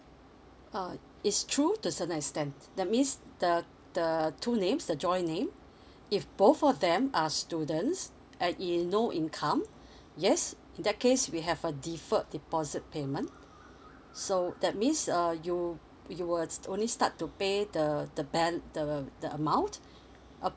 uh it's true to certain extent that means the the two names the join name if both of them are students I_E no income yes in that case we have a differed deposit payment so that means uh you you will just only start to pay the the bal~ the the amount